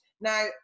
Now